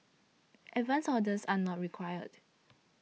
advance orders are not required